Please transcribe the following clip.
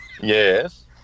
Yes